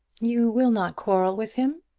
you will not quarrel with him?